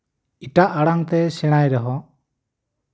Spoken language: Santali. ᱮᱴᱟᱜ ᱟᱲᱟᱝ ᱛᱮᱭ ᱥᱮᱬᱟᱭ ᱨᱮᱦᱚᱸ